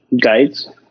guides